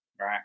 Right